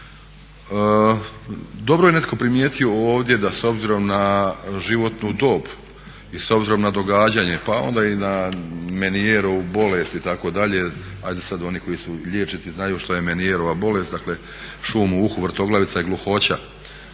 Dobro je netko primijetio ovdje da s obzirom na životnu dob i s obzirom na događanja pa onda i na Menierova bolest itd., ajde sad oni koji su liječnici znaju što je Menierova bolest, dakle šum u uhu, vrtoglavica i gluhoća,